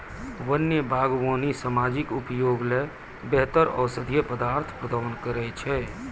वन्य बागबानी सामाजिक उपयोग ल बेहतर औषधीय पदार्थ प्रदान करै छै